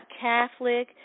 Catholic